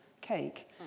cake